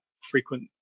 frequent